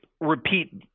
repeat